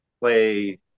play